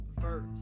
verse